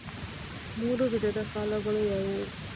ಮೂರು ವಿಧದ ಸಾಲಗಳು ಯಾವುವು?